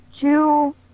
two